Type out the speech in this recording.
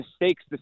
mistakes